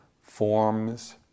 Forms